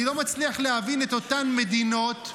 אני לא מצליח להבין את אותן מדינות,